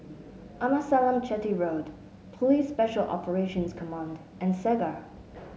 Amasalam Chetty Road Police Special Operations Command and Segar